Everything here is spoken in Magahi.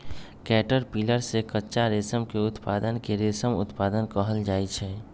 कैटरपिलर से कच्चा रेशम के उत्पादन के रेशम उत्पादन कहल जाई छई